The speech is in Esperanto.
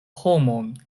homon